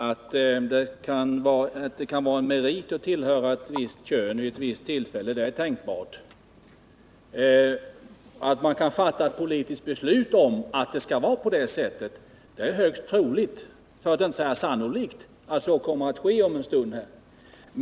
Herr talman! Att det kan vara en merit att tillhöra ett visst kön vid ett visst tillfälle är tänkbart. Att man kan fatta ett politiskt beslut om att det skall vara på det sättet är högst troligt. Och att så kommer att ske om en stund är sannolikt.